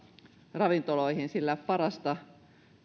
ravintoloihin sillä parasta